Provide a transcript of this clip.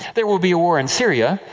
there will be a war in syria,